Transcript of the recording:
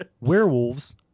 werewolves